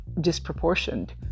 disproportioned